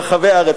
ברחבי הארץ.